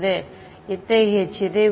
மாணவர் இத்தகைய சிதைவு